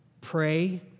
pray